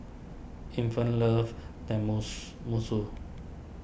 Infant loves Tenmus musu